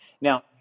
Now